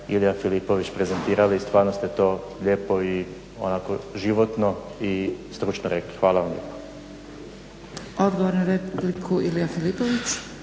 Ilija Filipović prezentirali i stvarno ste to lijepo, životno i stručno rekli. Hvala vam lijepa.